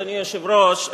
אדוני היושב-ראש,